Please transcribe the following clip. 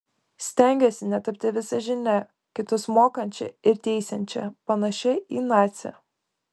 stengiuosi netapti visažine kitus mokančia ir teisiančia panašia į nacę